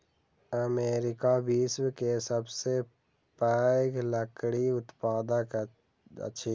America विश्व के सबसे पैघ लकड़ी उत्पादक अछि